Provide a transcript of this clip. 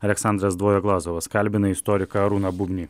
aleksandras dvojeglazovas kalbina istoriką arūną bubnį